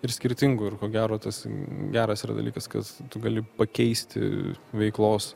ir skirtingų ir ko gero tas geras yra dalykas kad tu gali pakeisti veiklos